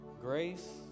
grace